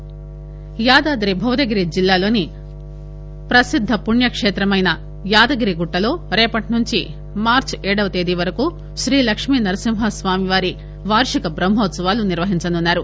యాదాద్రి యాదాద్రి భువనగిరి జిల్లాలోని ప్రసిద్ద పుణ్యకేత్రమైన యాదగిరిగుట్టలో రేపటి నుండి మార్చి ఏడవ తేదీ వరకు శ్రీలక్ష్మీనరసింహస్వామి వారి వార్షిక ట్రహ్మోత్సవాలు నిర్వహించనున్నారు